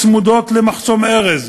הצמודות למחסום ארז,